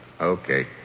okay